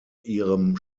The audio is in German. ihrem